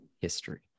history